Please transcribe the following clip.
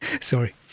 Sorry